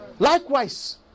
Likewise